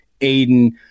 Aiden